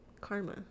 karma